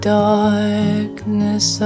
darkness